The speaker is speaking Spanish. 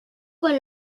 con